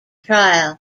trial